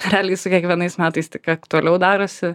realiai su kiekvienais metais tik aktualiau darosi